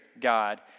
God